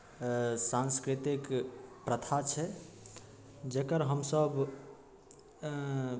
सांस्कृतिक प्रथा छै जकर हमसभ